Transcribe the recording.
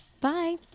Bye